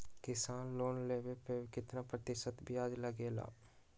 किसान लोन लेने पर कितना प्रतिशत ब्याज लगेगा?